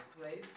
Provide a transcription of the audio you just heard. place